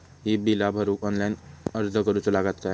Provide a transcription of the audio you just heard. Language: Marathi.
ही बीला भरूक ऑनलाइन अर्ज करूचो लागत काय?